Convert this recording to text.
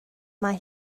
mae